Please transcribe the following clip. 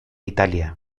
italia